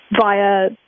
via